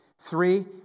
Three